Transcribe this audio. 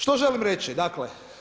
Što želim reći dakle?